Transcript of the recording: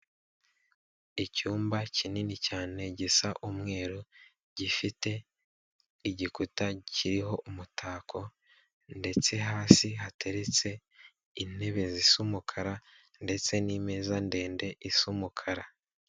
Icyumba kinini cyane gisa umweru gifite igikuta kiriho umutako ndetse hasi hateretse intebe z'umukara ndetse n'imeza ndende isa umukara.